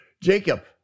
Jacob